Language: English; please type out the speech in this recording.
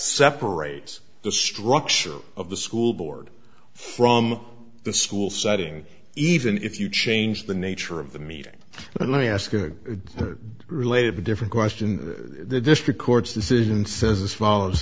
separate the structure of the school board from the school setting even if you change the nature of the meeting but let me ask a related different question the district court's decision says as follows